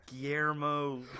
Guillermo